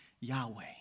Yahweh